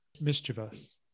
Mischievous